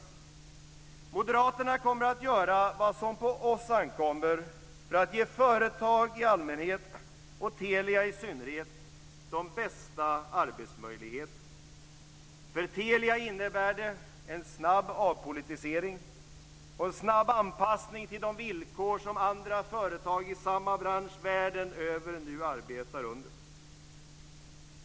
Vi moderater kommer att göra vad som på oss ankommer för att ge företag i allmänhet och Telia i synnerhet de bästa arbetsmöjligheter. För Telia innebär det en snabb avpolitisering och en snabb anpassning till de villkor som andra företag i samma bransch världen över nu arbetar under.